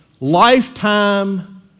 lifetime